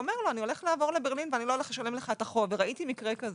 אומר: אני עומד לעבור לברלין ולא אשלם לך את החוב וראיתי מקרה כזה.